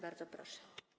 Bardzo proszę.